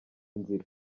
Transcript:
nzira